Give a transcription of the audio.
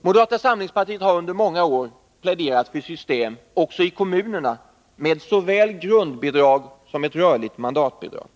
Moderata samlingspartiet har under många år pläderat för ett system med såväl grundbidrag som ett rörligt mandatbidrag också i kommunerna.